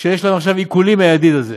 שיש להן עכשיו עיקולים מה"ידיד" הזה.